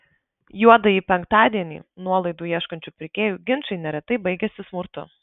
juodąjį penktadienį nuolaidų ieškančių pirkėjų ginčai neretai baigiasi smurtu